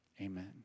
amen